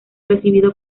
recibido